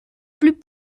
plus